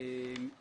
,